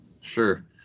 Sure